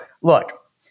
look